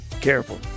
careful